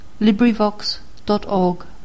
LibriVox.org